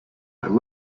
and